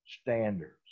standards